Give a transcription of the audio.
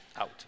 out